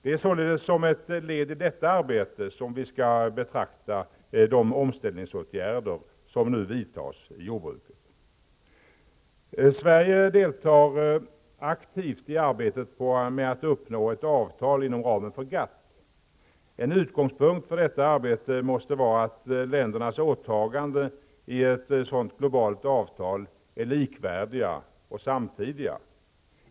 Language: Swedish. Det är således som ett led i detta arbete som vi skall betrakta de omställningsåtgärder som nu vidtas inom jordbruket. Sverige deltar aktivt i arbetet med att uppnå ett avtal inom ramen för GATT. En utgångspunkt för detta arbete måste vara att ländernas åtaganden i ett sådant globalt avtal är likvärdiga och samtidiga.